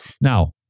Now